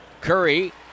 Curry